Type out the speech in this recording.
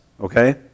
Okay